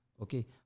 Okay